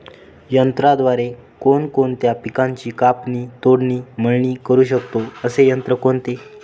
यंत्राद्वारे कोणकोणत्या पिकांची कापणी, तोडणी, मळणी करु शकतो, असे यंत्र कोणते?